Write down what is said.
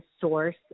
source